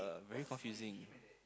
very confusing